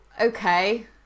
okay